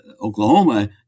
Oklahoma